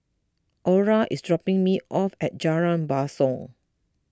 Orla is dropping me off at Jalan Basong